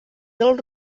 del